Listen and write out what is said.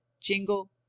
jingle